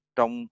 Trong